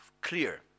clear